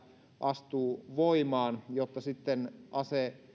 astuu voimaan jotta sitten